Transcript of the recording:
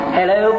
Hello